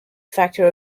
factor